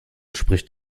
spricht